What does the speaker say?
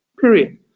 period